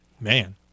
Man